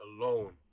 alone